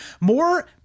more